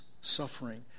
suffering